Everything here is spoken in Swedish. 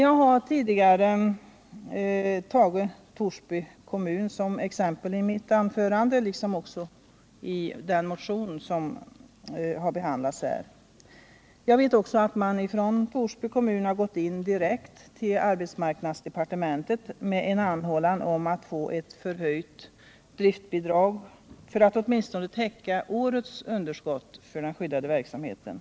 Jag har tidigare såväl i mitt anförande som i den motion som har behandlats här tagit Torsby kommun såsom exempel. Jag vet också att = man från Torsby kommun har gått in direkt till departementet med en Skyddat arbete och anhållan om att få ett förhöjt driftbidrag för att kunna täcka åtminstone = yrkesinriktad årets underskott för den skyddade verksamheten.